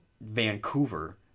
Vancouver